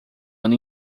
ano